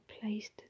placed